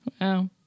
Wow